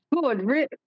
good